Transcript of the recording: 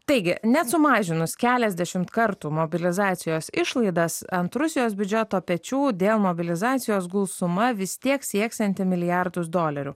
taigi net sumažinus keliasdešimt kartų mobilizacijos išlaidas ant rusijos biudžeto pečių dėl mobilizacijos gausuma vis tiek sieksianti milijardus dolerių